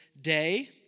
day